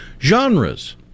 Genres